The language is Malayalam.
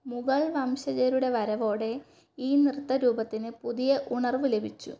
മുഗൾ വംശജരുടെ വരവോടെ ഈ നൃത്തരൂപത്തിന് പുതിയ ഉണർവ് ലഭിച്ചു